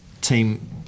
team